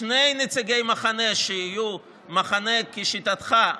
שני נציגי מחנה שיהיו מחנה כשיטתך,